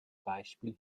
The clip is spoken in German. beispiel